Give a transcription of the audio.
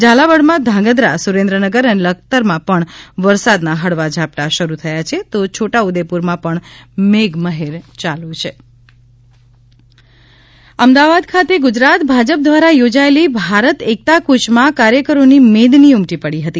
ઝાલાવાડમાં ધંગ્રધ્રા સુરેન્દ્રનગર અને લખતરમાં પણ વરસાદના હળવા ઝાપટાં શરુ થથા છે તો છોટા ઉદેપુરમાં પણ મેઘમહેર ચાલુ છે અમદાવાદ ખાતે ગુજરાત ભાજપ દ્વારા યોજાયેલી ભારત એકતાકૂયમાં કાર્યકરોની મેદની ઉમટી પડી હતી